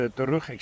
terug